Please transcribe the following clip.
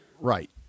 Right